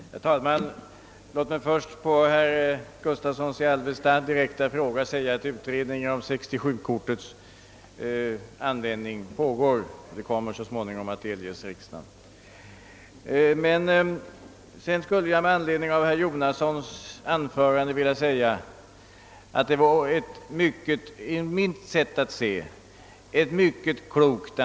Herr talman! Låt mig först på herr Gustavssons i Alvesta direkta fråga få svara, att utredningen om 67-kortets användning pågår och att resultatet så småningom kommer att delges riksdagen. Herr Jonassons anförande var enligt mitt sätt att se mycket klokt.